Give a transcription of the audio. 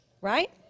right